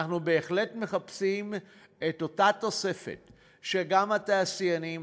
אנחנו בהחלט מחפשים את אותה תוספת שגם התעשיינים,